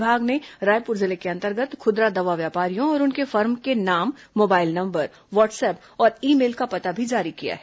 विभाग ने रायपुर जिले के अंतर्गत खुदरा दवा व्यापारियों और उनके फर्म के नाम मोबाइल नंबर व्हाट्सअप और ई मेल का पता भी जारी किए हैं